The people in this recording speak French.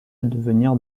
avenir